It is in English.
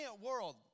world